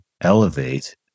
elevate